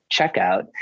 checkout